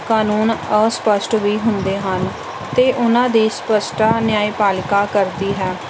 ਕਾਨੂੰਨ ਅਸਪਸ਼ਟ ਵੀ ਹੁੰਦੇ ਹਨ ਅਤੇ ਉਹਨਾਂ ਦੀ ਸਪਸ਼ਟਤਾ ਨਿਆਂ ਪਾਲਿਕਾ ਕਰਦੀ ਹੈ